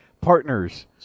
partners